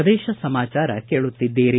ಪ್ರದೇಶ ಸಮಾಚಾರ ಕೇಳುತ್ತಿದ್ದೀರಿ